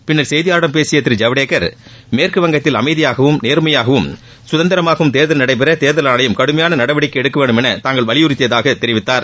பின்னர் செய்தியாளர்களிடம் பேசிய திரு ஜவ்டேகர் மேற்கு வங்கத்தில் அமைதியாகவும் நேர்மையாகவும் சுதந்திரமாகவும் தேர்தல் நடைபெற தேர்தல் ஆணையம் கடுமையான நடவடிக்கை எடுக்க வேண்டும் என தாங்கள் வலியுறுத்தியுள்ளதாக தெரிவித்தார்